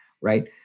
right